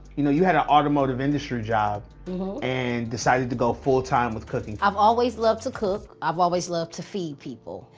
you know you had an automotive industry job and decided to go full-time with cooking. i've always loved to cook. i've always loved to feed people.